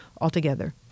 altogether